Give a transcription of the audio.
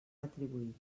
retribuït